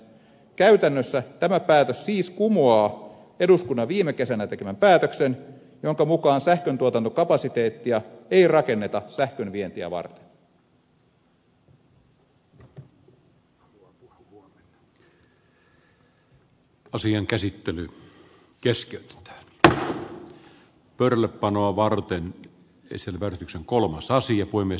käytännössä tämä päätös siis kumoaa eduskunnan viime kesänä tekemän päätöksen jonka mukaan sähköntuotantokapasiteettia ei rakenneta sähkön vientiä varten kysely värityksen kolmas asia voi myös